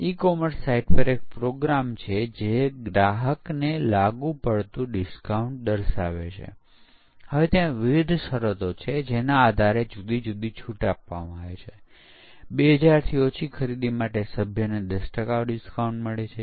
capture અને replay tool આવશ્યકરૂપે ખરેખર પરીક્ષણના કિસ્સાઓ બનાવતા નથી અથવા તે સ્વચાલિત પરીક્ષણ કરતા નથી પરંતુ તે પરીક્ષક પાસે થી પરીક્ષણના કેસોને ઇનપુટ મેળવે છે